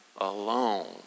alone